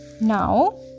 Now